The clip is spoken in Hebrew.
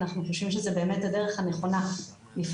אנחנו חושבים שזו באמת הדרך הנכונה לפעול.